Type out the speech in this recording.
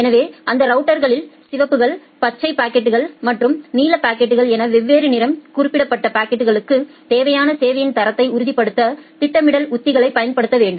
எனவே அந்த ரவுட்டர்களில் சிவப்பு பாக்கெட்கள் பச்சை பாக்கெட்கள் மற்றும் நீல பாக்கெட்கள் என வெவ்வேறு நிறம் குறிக்கப்பட்ட பாக்கெட் களுக்கு தேவையான சேவையின் தரத்தை உறுதிப்படுத்த திட்டமிடல் உத்திகளைப் பயன்படுத்த வேண்டும்